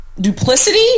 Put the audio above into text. duplicity